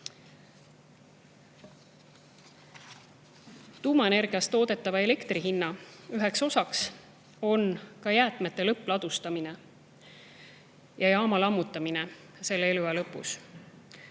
Tuumaenergiast toodetava elektri hinna üks osa on jäätmete lõppladustamise ja jaama lammutamise [kulu] selle eluea lõpus.